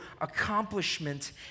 accomplishment